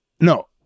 No